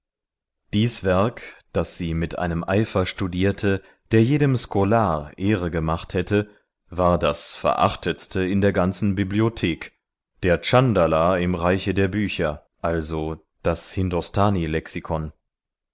dies werk das sie mit einem eifer studierte der jedem scholar ehre gemacht hätte war das verachtetste in der ganzen bibliothek der tschandala im reiche der bücher also das